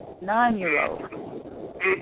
Nine-year-old